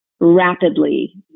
rapidly